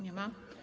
Nie ma.